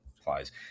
applies